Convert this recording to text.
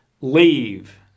leave